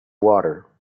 water